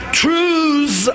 truths